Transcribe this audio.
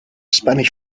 spanish